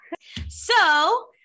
So-